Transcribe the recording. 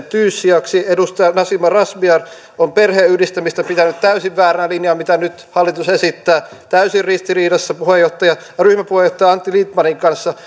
tyyssijaksi edustaja nasima razmyar on pitänyt täysin vääränä linjana perheenyhdistämistä mitä nyt hallitus esittää täysin ristiriidassa ryhmäpuheenjohtaja antti lindtmanin kanssa